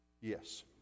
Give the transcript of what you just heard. yes